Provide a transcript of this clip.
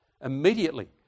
immediately